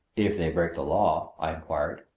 if they break the law, i inquired,